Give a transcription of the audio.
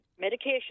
medication